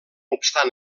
obstant